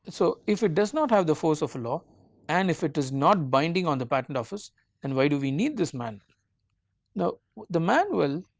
so, if it does not have the force of law and if it is not binding on the patent office and why do we need this manual now the manual